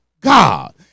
God